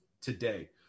today